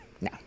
No